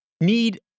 need